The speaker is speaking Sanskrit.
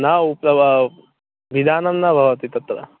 न उप्लवा पिधानं न भवति तत्र